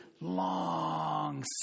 long